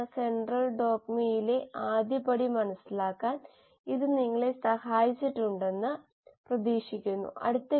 course സമയത്ത് നിങ്ങൾ ആസ്വദിക്കുകയും ചെയ്തുവെന്ന് കരുതുന്നു